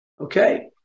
Okay